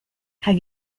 have